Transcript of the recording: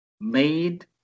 made